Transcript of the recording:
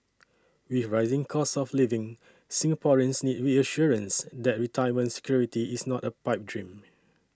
with rising costs of living Singaporeans need reassurance that retirement security is not a pipe dream